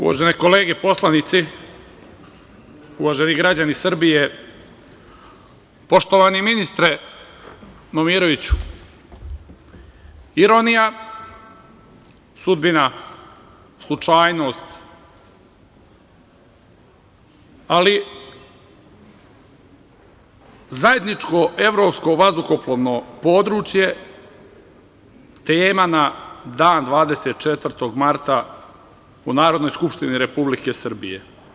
Uvažene kolege poslanici, uvaženi građani Srbije, poštovani ministre Momiroviću, ironija, sudbina, slučajnost, ali zajedničko evropsko vazduhoplovno područje tema na dan 24. marta u Narodnoj skupštini Republike Srbije.